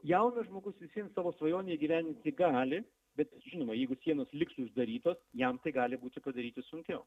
jaunas žmogus vis vien savo svajonę įgyvendinti gali bet žinoma jeigu sienos liks uždarytos jam tai gali būti padaryti sunkiau